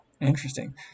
interesting